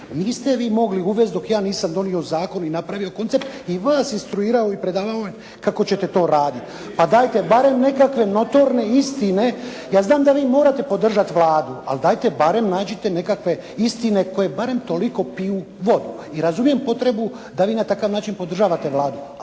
Niste vi mogli uvest dok ja nisam donio zakon i napravio koncept i vas instruirao i predavao kako ćete to raditi. A dajte barem nekakve notorne istine. Ja znam da vi morate podržati Vladu, ali dajte barem nađite nekakve istine koje barem toliko piju vodu. I razumijem potrebu da vi na takav način podržavate Vladu,